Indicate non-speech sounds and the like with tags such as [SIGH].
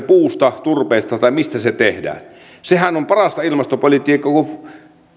[UNINTELLIGIBLE] puusta turpeesta vai mistä se tehdään sehän on parasta ilmastopolitiikkaa kun